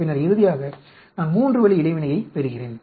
பின்னர் இறுதியாக நான் மூன்று வழி இடைவினையை பெறுகிறேன்